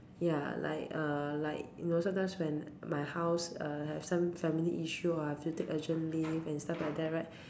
ya like err like you know sometimes when my house uh has some family issue ah I have to take urgent leave and stuff like that right